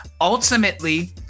ultimately